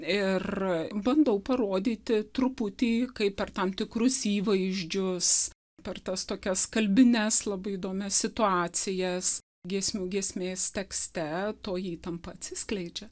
ir bandau parodyti truputį kaip per tam tikrus įvaizdžius per tas tokias kalbines labai įdomias situacijas giesmių giesmės tekste toji įtampa atsiskleidžia